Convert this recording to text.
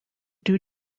due